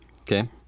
Okay